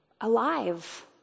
alive